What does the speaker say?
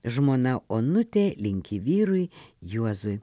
žmona onutė linkį vyrui juozui